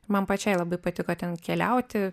man pačiai labai patiko ten keliauti